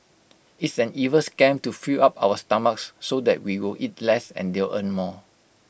it's an evil scam to fill up our stomachs so that we will eat less and they'll earn more